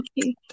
Okay